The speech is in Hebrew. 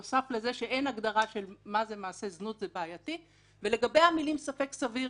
על מקרה איום ונורא שהמשטרה הגיעה לאישה הביתה,